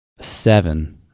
seven